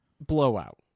Blowout